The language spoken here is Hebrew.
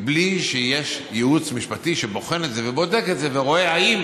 בלי שיש ייעוץ משפטי שבוחן את זה ובודק את זה ורואה אם